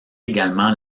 également